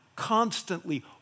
constantly